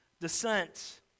descent